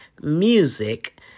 Music